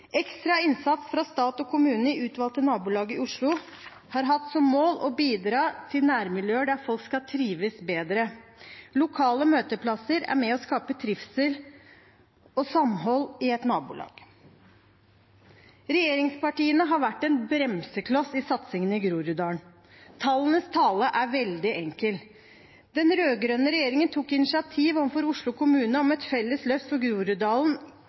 Ekstra innsats fra stat og kommune i utvalgte nabolag i Oslo har hatt som mål å bidra til nærmiljøer der folk skal trives bedre. Lokale møteplasser er med på å skape trivsel og samhold i et nabolag. Regjeringspartiene har vært en bremsekloss i satsingen i Groruddalen. Tallenes tale er veldig enkel. Den rød-grønne regjeringen tok initiativ overfor Oslo kommune om et felles løft for Groruddalen,